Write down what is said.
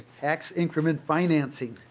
tax increment financing.